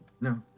No